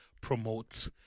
promote